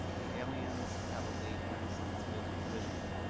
the aliens have a late renaissance of his vision.